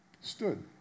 stood